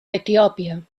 etiòpia